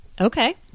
Okay